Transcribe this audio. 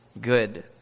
good